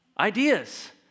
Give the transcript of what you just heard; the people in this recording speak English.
ideas